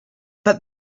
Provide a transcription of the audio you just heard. but